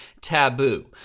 taboo